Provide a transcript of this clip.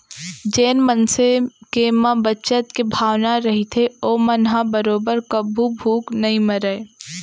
जेन मनसे के म बचत के भावना रहिथे ओमन ह बरोबर कभू भूख नइ मरय